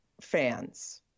fans